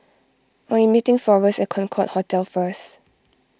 I'm meeting forrest at Concorde Hotel first